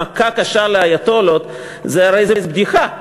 "מכה קשה לאייטולות" זה הרי בדיחה,